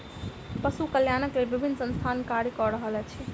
पशु कल्याणक लेल विभिन्न संस्थान कार्य क रहल अछि